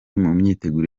imyiteguro